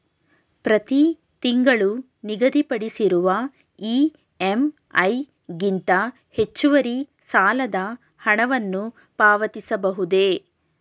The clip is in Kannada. ಪ್ರತಿ ತಿಂಗಳು ನಿಗದಿಪಡಿಸಿರುವ ಇ.ಎಂ.ಐ ಗಿಂತ ಹೆಚ್ಚುವರಿ ಸಾಲದ ಹಣವನ್ನು ಪಾವತಿಸಬಹುದೇ?